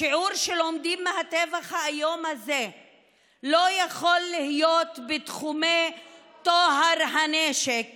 השיעור שלומדים מהטבח האיום הזה לא יכול להיות בתחומי טוהר הנשק